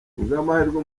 bw’amahirwe